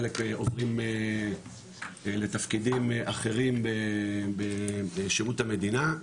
חלק עוברים לתפקידים אחרים בשירות המדינה,